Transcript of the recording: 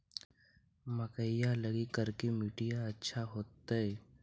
मकईया लगी करिकी मिट्टियां अच्छा होतई